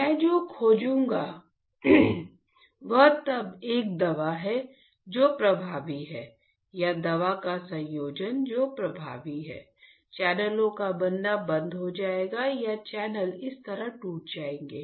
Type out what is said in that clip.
मैं जो खोजूंगा वह तब एक दवा है जो प्रभावी है या दवा का संयोजन जो प्रभावी है चैनलों का बनना बंद हो जाएगा या चैनल इस तरह टूट जाएंगे